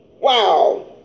Wow